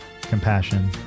compassion